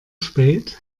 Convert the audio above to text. spät